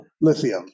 lithium